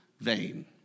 vain